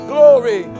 Glory